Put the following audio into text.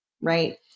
right